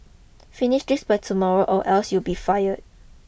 finish this by tomorrow or else you'll be fired